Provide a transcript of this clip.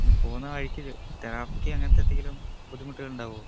പിന്നെ പോകുന്ന വഴിക്ക് ട്രാഫിക്ക് അങ്ങനത്തെന്തെങ്കിലും ബുദ്ധിമുട്ടുകൾ ഉണ്ടാകുമോ